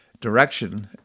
direction